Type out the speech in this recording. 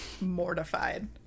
mortified